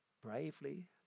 bravely